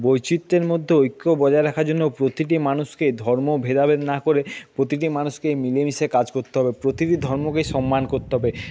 বৈচিত্র্যের মধ্যে ঐক্য বজায় রাখার জন্য প্রতিটি মানুষকে ধর্ম ভেদাভেদ না করে প্রতিটি মানুষকে মিলেমিশে কাজ করতে হবে প্রতিটি ধর্মকে সম্মান করতে হবে